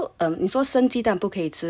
oh okay so um 你说生鸡蛋不可以吃